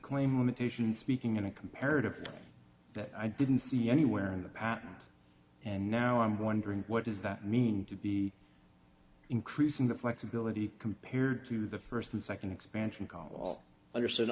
claim limitations speaking in a comparative that i didn't see anywhere in the patent and now i'm wondering what does that mean to be increasing the flexibility compared to the first and second expansion call understood